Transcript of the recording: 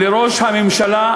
לראש הממשלה,